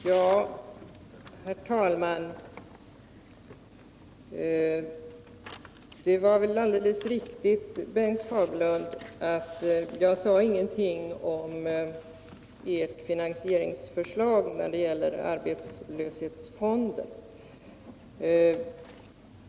Herr talman! Det var alldeles riktigt, Bengt Fagerlund, att jag inte sade någonting om ert finansieringsförslag för arbetslöshetsfonden.